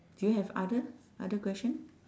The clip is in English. do you have other other question